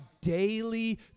daily